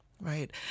Right